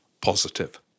positive